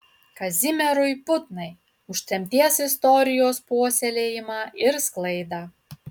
kazimierui putnai už tremties istorijos puoselėjimą ir sklaidą